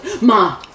Ma